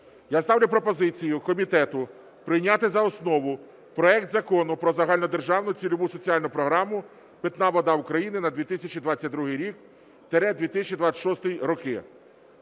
Я ставлю пропозицію комітету прийняти за основу проект Закону про Загальнодержавну цільову соціальну програму "Питна вода України" на 2022-2026 роки.